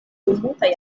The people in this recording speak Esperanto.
multaj